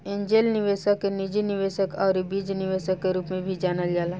angel निवेशक के निजी निवेशक आउर बीज निवेशक के रूप में भी जानल जाला